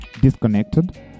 disconnected